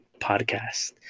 podcast